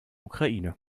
ukraine